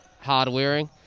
hard-wearing